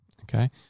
Okay